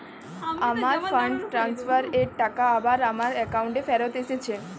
আমার fund transfer এর টাকা আবার আমার একাউন্টে ফেরত এসেছে